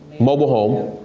mobile home.